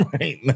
right